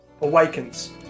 awakens